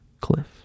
cliff